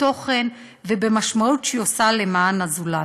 בתוכן ובמשמעות שהיא עושה למען הזולת.